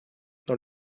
dans